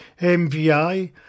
MVI